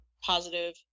positive